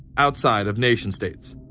outside of nation states.